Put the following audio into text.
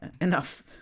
enough